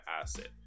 asset